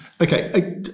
Okay